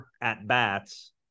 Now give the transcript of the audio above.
at-bats